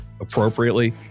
appropriately